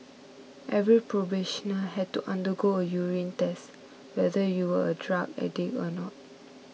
every probationer had to undergo a urine test whether you were a drug addict or not